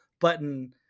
button